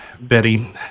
Betty